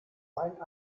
wein